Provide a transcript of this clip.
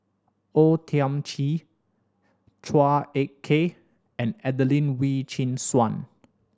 O Thiam Chin Chua Ek Kay and Adelene Wee Chin Suan